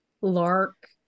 Lark